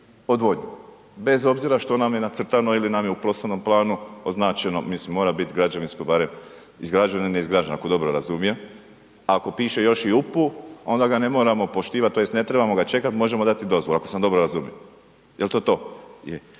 odvodnju, bez obzira što nam je nacrtano ili nam je u prostornom planu označeno, mislim mora bit građevinsko barem izgrađeno, neizgrađeno ako dobro razumijem, ako piše još i upu, onda ga ne moramo poštivati tj. ne trebamo ga čekat, možemo dati dozvolu, ako sam dobro razumio. Jel to to?